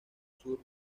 sur